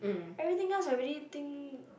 everything else I already think